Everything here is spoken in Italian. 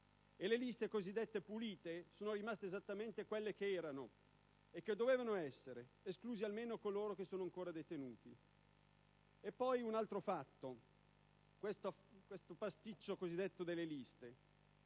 E le liste cosiddette pulite sono rimaste esattamente quelle che erano e che dovevano essere, esclusi almeno coloro che sono ancora detenuti. E poi, un altro episodio: questo pasticcio delle liste.